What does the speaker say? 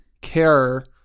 care